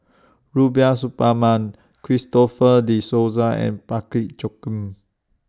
Rubiah Suparman Christopher De Souza and Parsick Joaquim